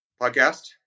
podcast